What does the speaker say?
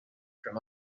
from